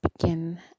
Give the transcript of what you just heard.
begin